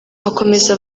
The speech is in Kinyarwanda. akomeza